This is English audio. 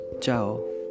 Ciao